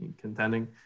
contending